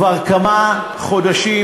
כבר כמה חודשים,